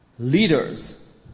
leaders